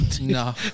No